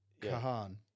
Kahan